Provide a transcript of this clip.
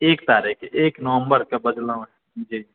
एक तारीखके एक नवम्बरके बजलों हैं